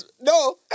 No